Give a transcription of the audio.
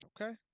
okay